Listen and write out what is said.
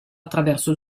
attraverso